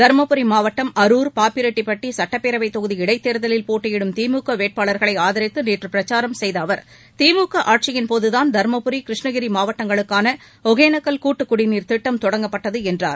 தரும்புரி மாவட்டம் அருர் பாப்பிரெட்டிபட்டி சட்டப்பேரவைத் தொகுதி இடைத்தேர்தலில் போட்டியிடும் திமுக வேட்பாளர்களை ஆதரித்த நேற்று பிரச்சாரம் செய்த அவர் திமுக ஆட்சியின்போதுதான் தருமபுரி கிருஷ்ணகிரி மாவட்டங்களுக்கான ஒகனேக்கல் கூட்டு குடிநீர் திட்டம் தொடங்கப்பட்டது என்றார்